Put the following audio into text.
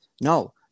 No